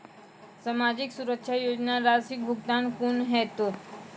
समाजिक सुरक्षा योजना राशिक भुगतान कूना हेतै?